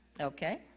Okay